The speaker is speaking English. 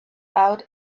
out